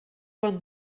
won